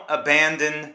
abandon